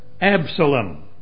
Absalom